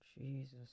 Jesus